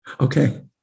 Okay